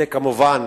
זה כמובן